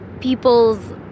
people's